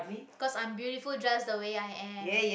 'cause i'm beautiful just the way i am